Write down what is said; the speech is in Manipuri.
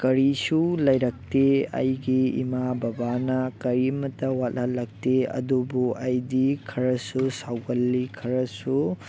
ꯀꯔꯤꯁꯨ ꯂꯩꯔꯛꯇꯦ ꯑꯩꯒꯤ ꯏꯃꯥ ꯕꯕꯥꯅ ꯀꯔꯤꯃꯠꯇ ꯋꯥꯠꯍꯜꯂꯛꯇꯦ ꯑꯗꯨꯕꯨ ꯑꯩꯗꯤ ꯈꯔꯁꯨ ꯁꯥꯎꯒꯜꯂꯤ ꯈꯔꯁꯨ